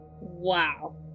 wow